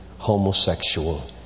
homosexual